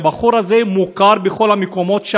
והבחור הזה מוכר בכל המקומות,